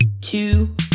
two